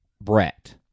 Brett